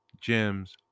Gems